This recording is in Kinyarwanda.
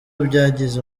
byangiza